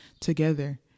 together